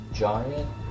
giant